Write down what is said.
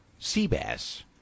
Seabass